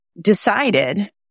decided